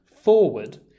forward